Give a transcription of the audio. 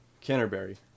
Canterbury